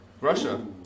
Russia